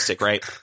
right